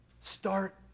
Start